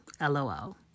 LOL